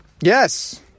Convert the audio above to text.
yes